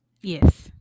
Yes